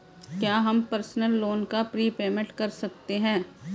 क्या हम personal loan का प्रीपेमेंट कर सकते हैं?